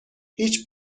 هیچ